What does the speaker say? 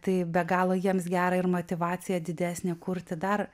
tai be galo jiems gera ir motyvacija didesnė kurti dar